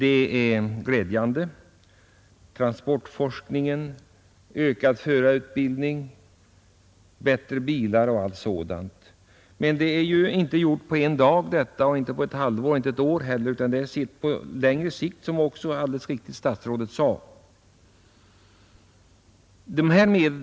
Det är alldeles riktigt, och det är glädjande, att man ägnar sig åt transportforskning, ökad förarutbildning, förbättring av bilar osv., men detta är ju inte gjort på en dag och inte på ett halvår eller ett år heller, utan det är en verksamhet på längre sikt, vilket också statsrådet sade.